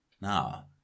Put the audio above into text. now